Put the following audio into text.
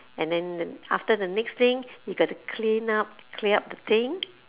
and then after the next thing you got to clean up clear up the thing